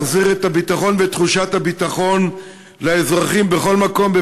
להחזיר את הביטחון ואת תחושת הביטחון לאזרחים בכל מקום,